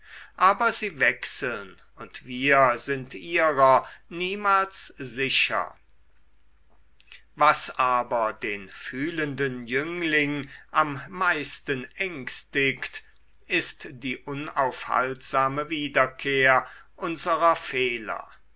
aber sie wechseln und wir sind ihrer niemals sicher was aber den fühlenden jüngling am meisten ängstigt ist die unaufhaltsame wiederkehr unserer fehler